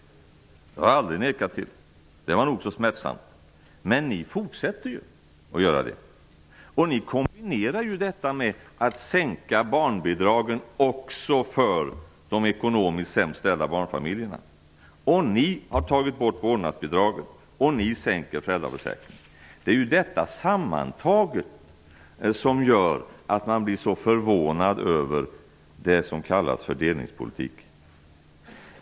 Det har jag aldrig nekat till. Det var nog så smärtsamt. Men ni socialdemokrater fortsätter ju med det. Ni kombinerar dessutom det med att sänka barnbidragen också för de ekonomiskt sämst ställda barnfamiljerna. Ni har tagit bort vårdnadsbidraget och sänker föräldraförsäkringen. Det är detta sammantaget som gör att man blir så förvånad över det som kallas fördelningspolitik.